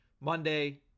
Monday